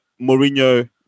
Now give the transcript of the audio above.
Mourinho